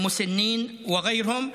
קשישים ואחרים.